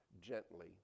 gently